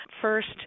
first